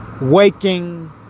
waking